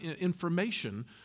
information